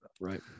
right